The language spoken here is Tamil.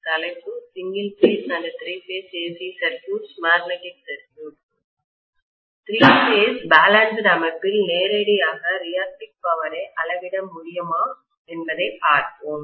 திரி பேஸ் பேலன்ஸ்டு அமைப்பில் நேரடியாக ரியாக்டிவ் பவரை அளவிட முடியுமா என்பதைப் பார்ப்போம்